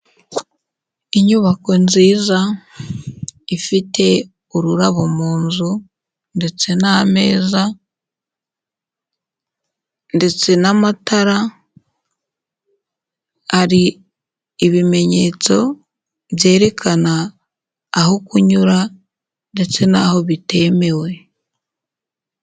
Inyubako nziza ifite ururabo mu nzu ndetse n'ameza ndetse n'amatara, hari ibimenyetso byerekana aho kunyura ndetse naho bitemewe.